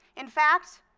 in fact,